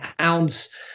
ounce